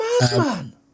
madman